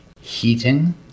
Heating